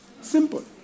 Simple